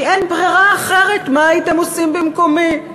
כי אין ברירה אחרת, מה הייתם עושים במקומי?